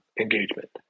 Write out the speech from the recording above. engagement